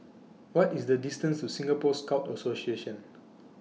What IS The distances to Singapore Scout Association